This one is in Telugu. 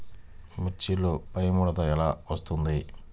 మిర్చిలో పైముడత ఎలా వస్తుంది?